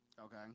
Okay